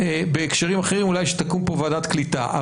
בהקשרים אחרים אולי כשתקום פה ועדת קליטה,